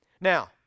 Now